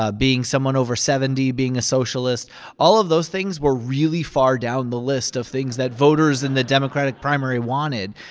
ah being someone over seventy, being a socialist all of those things were really far down the list of things that voters in the democratic primary wanted,